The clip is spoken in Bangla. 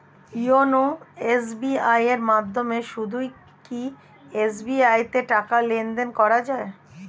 ইওনো এস.বি.আই এর মাধ্যমে শুধুই কি এস.বি.আই তে টাকা লেনদেন করা যায়?